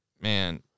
Man